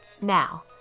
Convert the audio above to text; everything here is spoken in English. Now